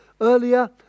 earlier